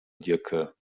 diercke